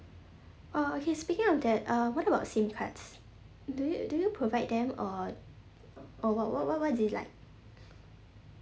oh okay speaking of that uh what about SIM cards do you do you provide them or or what what what's it like